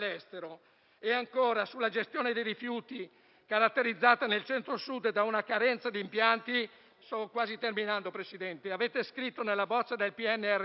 Sulla gestione dei rifiuti, caratterizzata nel Centro-Sud da una carenza di impianti, avete scritto nella bozza del PNRR